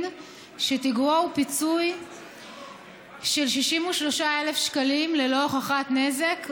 שתגרור פיצוי של 63,000 שקלים ללא הוכחת נזק,